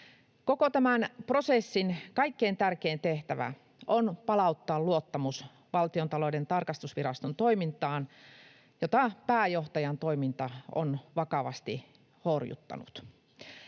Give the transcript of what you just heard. Koko tämän prosessin kaikkein tärkein tehtävä on palauttaa luottamus Valtiontalouden tarkastusviraston toimintaan, jota pääjohtajan toiminta on vakavasti horjuttanut.